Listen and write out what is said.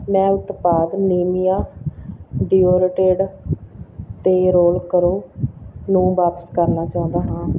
ਮੈਂ ਉਤਪਾਦ Nivea deodorant 'ਤੇ ਰੋਲ ਕਰੋ ਨੂੰ ਵਾਪਸ ਕਰਨਾ ਚਾਹੁੰਦਾ ਹਾਂ